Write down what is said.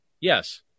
Yes